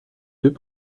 deux